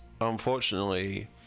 unfortunately